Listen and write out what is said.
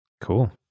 Cool